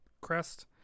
crest